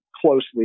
closely